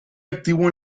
activo